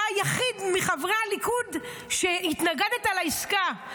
אתה היחיד מחברי הליכוד שהתנגד לעסקה.